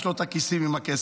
יש לו הכיסים עם הכסף.